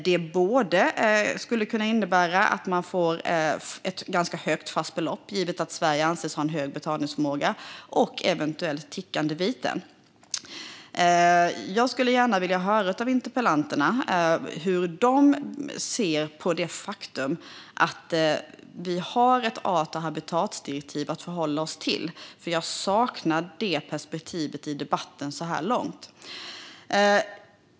Det skulle kunna innebära både ett ganska högt fast belopp, givet att Sverige anses ha en hög betalningsförmåga, och eventuellt tickande viten. Jag skulle gärna vilja höra från interpellanterna hur de ser på det faktum att vi har ett art och habitatdirektiv att förhålla oss till. Detta perspektiv saknar jag i debatten så här långt.